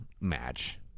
match